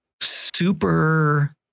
super